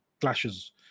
clashes